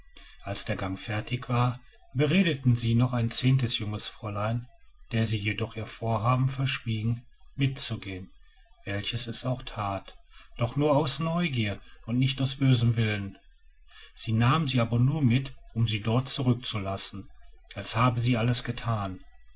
als der gang fertig war beredeten sie noch ein zehntes junges fräulein der sie jedoch ihr vorhaben verschwiegen mitzugehen welche es auch tat doch nur aus neugier und nicht aus bösem willen sie nahmen sie aber nur mit um sie dort zurückzulassen als habe sie alles getan